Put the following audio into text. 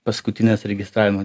paskutinės registravimo